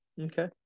Okay